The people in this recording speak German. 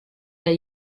der